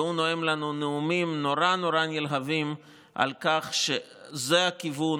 והוא נואם לנו נאומים נורא נורא נלהבים על כך שזה הכיוון,